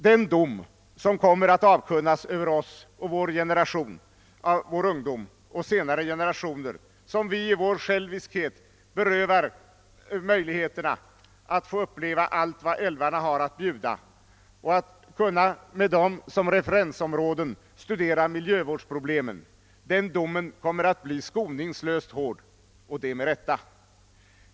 Den dom som kommer att avkunnas över oss och vår generation av vår ungdom och senare generationer, som vi i vår själviskhet berövat möjligheterna att få uppleva allt vad älvarna har att bjuda och att kunna med dem som referensområden studera miljövårdsproblemen, kommer att bli skoningslöst hård — och det med rätta.